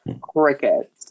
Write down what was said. Cricket